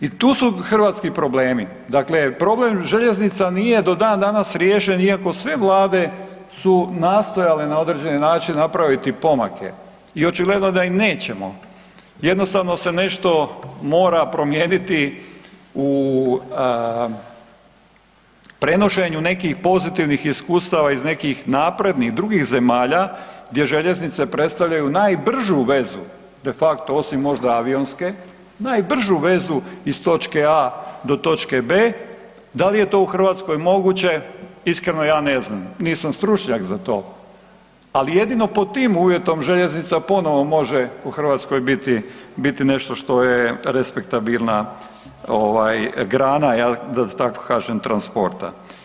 I tu su hrvatski problemi, dakle problem željeznica nije do dan danas riješen iako sve vlade su nastojale na određeni način napraviti pomake i očigledno da im nećemo, jednostavno se nešto mora promijeniti u prenošenju nekih pozitivnih iskustava iz nekih naprednih drugih zemalja gdje željeznice predstavljaju najbržu vezu de facto osim možda avionske, najbržu vezu iz točke A do točke B. Da li je to u Hrvatskoj moguće iskreno ja ne znam, nisam stručnjak za to, ali jedino pod tim uvjetom željeznica ponovo može u Hrvatskoj biti, biti nešto što je respektabilna grana da to tako kažem transporta.